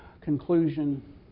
conclusion